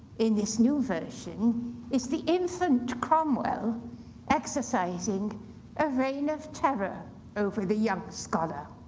in this new version is the infant cromwell exercising a reign of terror over the young scholar.